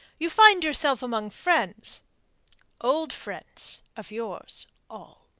you find yourself among friends old friends of yours, all.